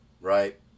Right